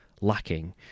lacking